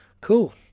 Cool